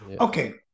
okay